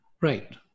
Right